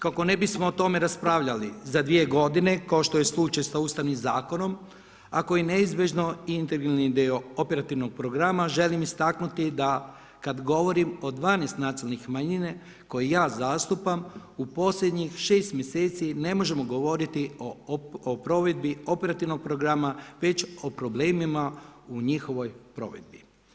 Kako ne bismo o tome raspravljali za dvije godine, kao što je slučaj sa Ustavnim zakonom, ako je neizbježno i integralni dio operativnog programa želim istaknuti da kad govorim o 12 nacionalnih manjina koje ja zastupam u posljednjih 6 mjeseci ne možemo govoriti o provedbi operativnog programa, već o problemima u njihovoj provedbi.